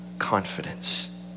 confidence